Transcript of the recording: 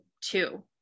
two